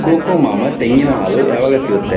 cocoa ಮಾಮಾ ತೆಂಗಿನ ಹಾಲು ಯಾವಾಗ ಸಿಗುತ್ತೆ